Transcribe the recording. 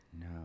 No